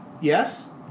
Yes